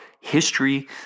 history